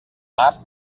mar